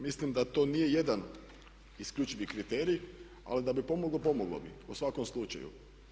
Mislim da to nije jedan isključivi kriterij ali da bi pomoglo, pomoglo bi u svakom slučaju.